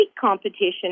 competition